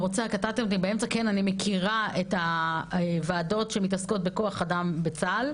אני מכירה את הוועדות שמתעסקות בכוח אדם בצה"ל.